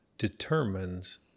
determines